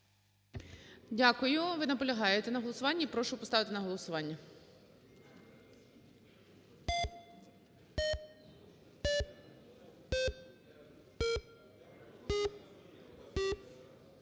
Дякую. Ви наполягаєте на голосуванні. Прошу поставити на голосування.